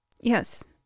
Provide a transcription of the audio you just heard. Yes